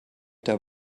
der